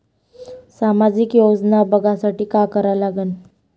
सामाजिक योजना बघासाठी का करा लागन?